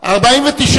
נתקבלו.